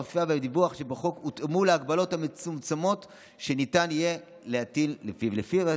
האכיפה והדיווח שבחוק הותאמו להגבלות המצומצמות שניתן יהיה להטיל לפיו.